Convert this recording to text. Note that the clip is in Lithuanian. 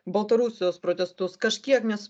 baltarusijos protestus kažkiek mes